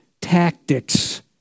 tactics